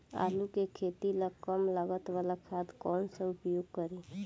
आलू के खेती ला कम लागत वाला खाद कौन सा उपयोग करी?